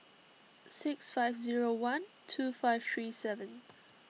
six five zero one two five three seven